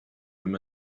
them